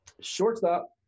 Shortstop